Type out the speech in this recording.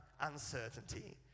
uncertainty